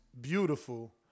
beautiful